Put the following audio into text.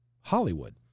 Hollywood